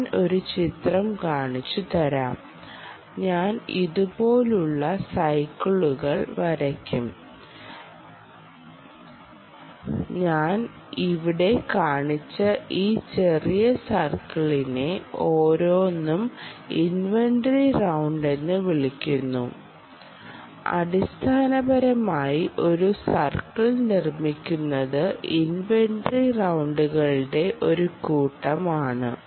ഞാൻ ഒരു ചിത്രം കാണിച്ചുതരാം ഞാൻ ഇതുപോലുള്ള സർക്കിളുകൾ വരയ്ക്കും ഞാൻ ഇവിടെ കാണിച്ച ഈ ചെറിയ സർക്കിളിനെ ഓരോന്നും ഇൻവെന്ററി റൌണ്ട് എന്ന് വിളിക്കുന്നു അടിസ്ഥാനപരമായി ഒരു സർക്കിൾ നിർമ്മിക്കുന്നത് ഇൻവെൻററി റൌണ്ടുകളുടെ ഒരു കൂട്ടം ആണ്